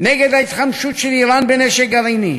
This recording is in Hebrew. נגד ההתחמשות של איראן בנשק גרעיני.